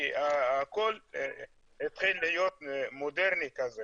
כי הכול התחיל להיות מודרני כזה